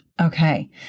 Okay